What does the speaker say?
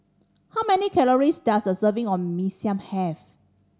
how many calories does a serving of Mee Siam have